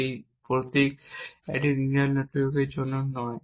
একটি প্রতীক একটি নিউরাল নেটওয়ার্কের জন্য নয়